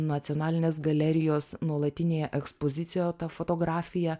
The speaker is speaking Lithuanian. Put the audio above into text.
nacionalinės galerijos nuolatinėje ekspozicijoje ta fotografija